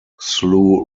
slew